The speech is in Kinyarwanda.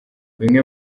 bimwe